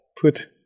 put